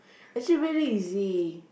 actually very easy